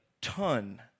ton